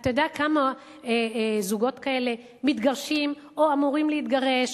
אתה יודע כמה זוגות כאלה מתגרשים או אמורים להתגרש,